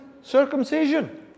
Circumcision